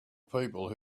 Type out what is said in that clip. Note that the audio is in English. people